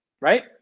right